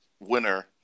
winner